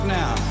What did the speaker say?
now